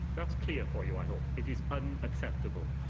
that's clear for you, i hope. it is unacceptable.